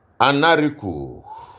Anariku